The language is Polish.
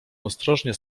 ostrożnie